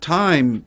time